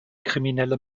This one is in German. kriminelle